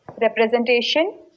representation